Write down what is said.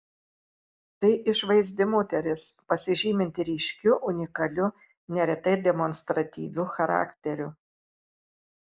tai išvaizdi moteris pasižyminti ryškiu unikaliu neretai demonstratyviu charakteriu